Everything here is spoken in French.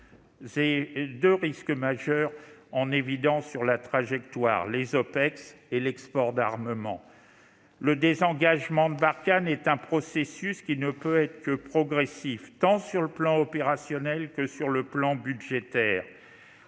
deux risques majeurs pesant sur la trajectoire financière : les OPEX et l'export d'armement. Le désengagement de Barkhane est un processus qui ne peut être que progressif, tant sur le plan opérationnel que sur le plan budgétaire.